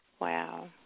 Wow